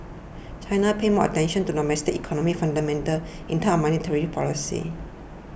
China pays more attention to domestic economic fundamentals in terms of monetary policy